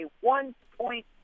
one-point